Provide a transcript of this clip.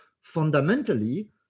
fundamentally